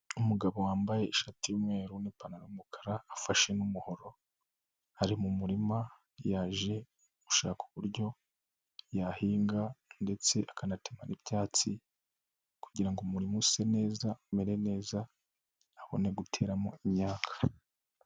Umugabo wambaye ishati y'umweru n'ipantaro y'umukara afashe n'umuhoro ari mu murima yaje gushaka uburyo yahinga ndetse akanatema n'ibyatsi kugira ngo umurimo use neza, umere neza, abone guteramo imyaka.